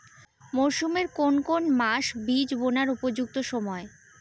মরসুমের কোন কোন মাস বীজ বোনার উপযুক্ত সময়?